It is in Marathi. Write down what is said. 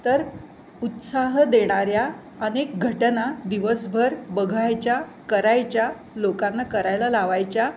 तर उत्साह देणाऱ्या अनेक घटना दिवसभर बघायच्या करायच्या लोकांना करायला लावायच्या